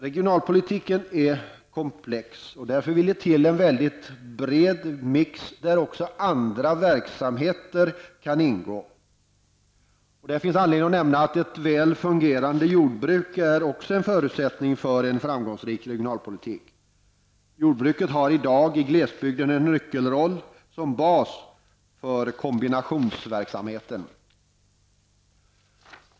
Regionalpolitiken är komplex, och därför vill det till en mycket bred mix, där också andra verksamheter kan ingå. Ett väl fungerande jordbruk är också en förutsättning för en framgångsrik regionalpolitik. Jordbruket har i dag i glesbygden en nyckelroll som bas för kombinationsverksamheten.